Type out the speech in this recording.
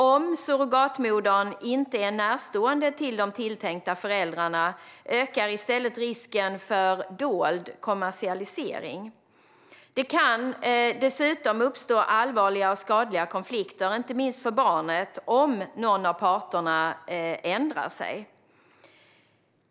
Om surrogatmodern inte är närstående till de tilltänkta föräldrarna ökar i stället risken för dold kommersialisering. Det kan dessutom uppstå allvarliga och skadliga konflikter - inte minst för barnet - om någon av parterna ändrar sig.